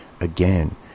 again